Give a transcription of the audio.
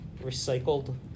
recycled